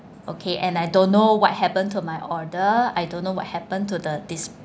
okay and I don't know what happen to my order I don't know what happen to the dis~